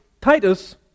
Titus